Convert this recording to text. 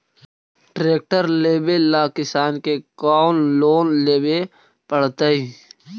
Tractor लेवेला किसान के कौन लोन लेवे पड़तई?